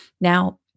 Now